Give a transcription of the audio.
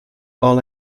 all